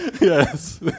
Yes